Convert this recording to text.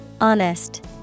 Honest